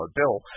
bill